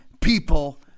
people